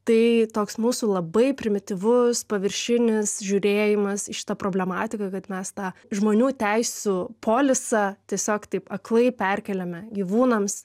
tai toks mūsų labai primityvus paviršinis žiūrėjimas į šitą problematiką kad mes tą žmonių teisių polisą tiesiog taip aklai perkeliame gyvūnams